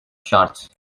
şart